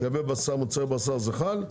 לגבי בשר, מוצרי בשר, זה חל.